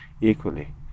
equally